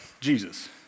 Jesus